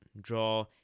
draw